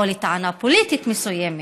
לטענה פוליטית מסוימת.